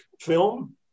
film